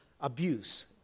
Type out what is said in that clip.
abuse